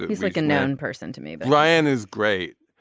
he's like a known person to me but ryan is great.